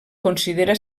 considera